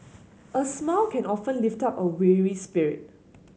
a smile can often lift up a weary spirit